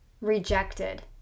rejected